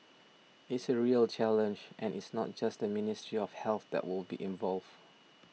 it's a real challenge and it's not just the Ministry of Health that will be involved